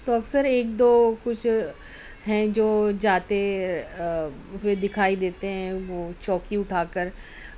تو اکثر ایک دو کچھ ہیں جو جاتے ہوئے دکھائی دیتے ہیں وہ چوکی اُٹھا کر